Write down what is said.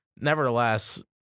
nevertheless